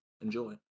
enjoy